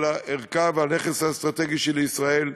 על ערכה ועל הנכס האסטרטגי של ישראל.